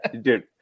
dude